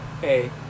Hey